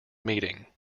meeting